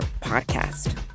podcast